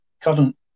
current